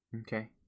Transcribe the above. Okay